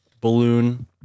balloon